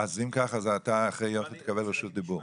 אני רק אגיד משפט אחד.